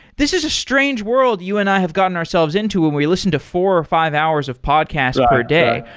this is a strange world you and i have gotten ourselves into when we listen to four or five hours of podcast ah per day.